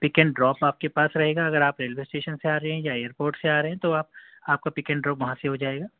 pick and drop آپ کے پاس رہے گا اگر آپ ریلوے اسٹیشن سے آ رہے ہیں یا ایئرپورٹ سے آ رہے ہیں تو آپ آپ کا پک اینڈ ڈراپ وہاں سے ہو جائے گا